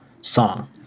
song